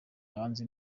hanze